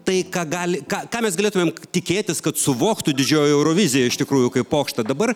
tai ką gali ką ką mes galėtumėm tikėtis kad suvoktų didžioji eurovizija iš tikrųjų kaip pokštą dabar